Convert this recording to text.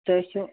سُے چھُ